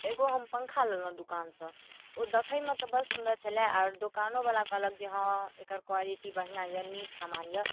एगो हम पङ्खा लेलहुँ दोकानसँ ओ देखैमे तऽ बड़ सुन्दर छलै आओर दोकानोवला कहलक जे हँ एकर क्वालिटी बढ़िआँ यऽ नीक सामान यऽ